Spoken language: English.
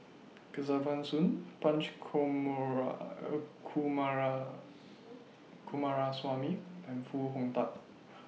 Kesavan Soon Punch Coomaraswamy and Foo Hong Tatt